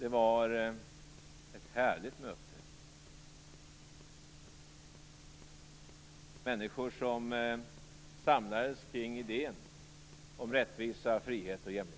Det var ett härligt möte med människor som samlades kring idén om rättvisa, frihet och jämlikhet.